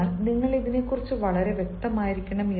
അതിനാൽ നിങ്ങൾ ഇതിനെക്കുറിച്ച് വളരെ വ്യക്തമായിരിക്കണം